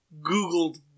googled